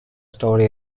story